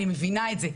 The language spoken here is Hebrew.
אני מבינה את זה,